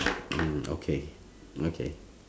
mm okay okay